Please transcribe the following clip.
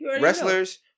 wrestlers